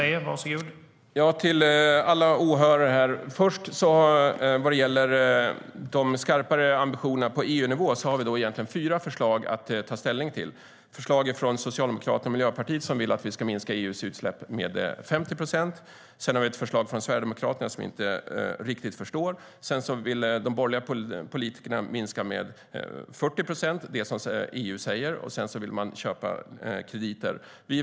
Herr talman! Till alla åhörare: Vad gäller de högre ambitionerna på EU-nivå finns det fyra förslag att ta ställning till. Socialdemokraterna och Miljöpartiet vill minska EU:s utsläpp med 50 procent. Sverigedemokraternas förslag förstår jag inte. De borgerliga vill minska med 40 procent, som EU säger, och vill köpa krediter.